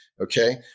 okay